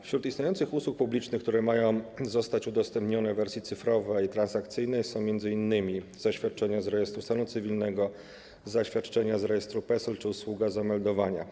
Wśród istniejących usług publicznych, które mają zostać udostępnione w wersji cyfrowej i transakcyjnej, są m.in. zaświadczenia z rejestru stanu cywilnego, zaświadczenia z rejestru PESEL czy usługa zameldowania.